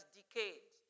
decayed